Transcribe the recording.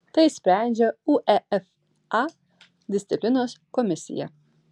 tai sprendžia uefa disciplinos komisija